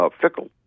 Fickle